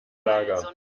lager